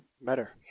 better